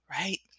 right